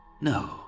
No